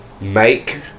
make